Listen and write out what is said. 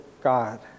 God